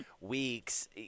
weeks